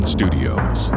Studios